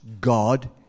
God